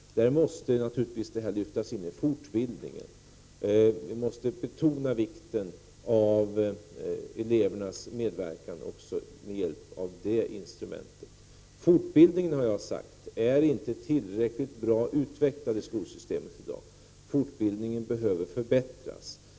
Där måste naturligtvis detta lyftas in i fortbildningen. Vi måste betona vikten av elevernas medverkan med hjälp av det instrumentet. Fortbildningen är inte tillräckligt bra utvecklad i skolsystemet i dag. Den behöver förbättras.